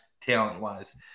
talent-wise –